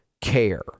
care